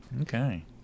Okay